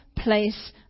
place